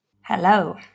Hello